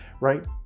right